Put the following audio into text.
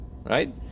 right